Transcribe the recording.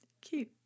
cute